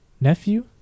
nephew